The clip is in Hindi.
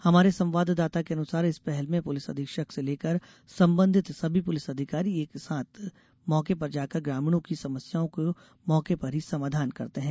हमारे संवाददाता के अनुसार इस पहल में पुलिस अधीक्षक से लेकर सम्बन्धित सभी पुलिस अधिकारी एक साथ मौके पर जाकर ग्रामीणों की समस्याओं को मौके पर ही समाधान करते हैं